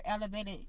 elevated